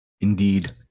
Indeed